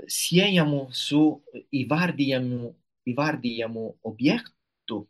siejamu su įvardijamų įvardijamų objektų